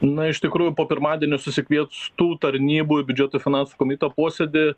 na iš tikrųjų po pirmadienio susikviestų tarnybų į biudžeto finansų komiteto posėdį